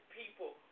people